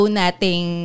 nating